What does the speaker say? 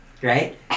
Right